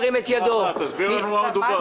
ירים את ידו -- תסביר לנו במה מדובר.